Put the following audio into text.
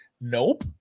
Nope